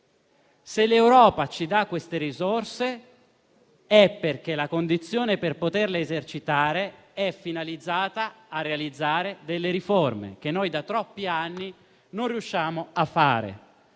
Se l'Europa ci dà queste risorse è perché la condizione per poterle utilizzare è finalizzata a realizzare riforme che da troppi anni non riusciamo a fare.